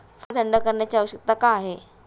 फळ थंड करण्याची आवश्यकता का आहे?